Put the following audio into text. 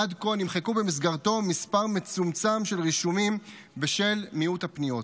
עד כה נמחקו במסגרתו מספר מצומצם של רישומים בשל מיעוט הפניות.